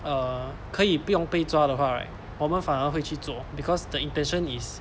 err 可以不用被抓的话 right 我们反而会去做 because the intention is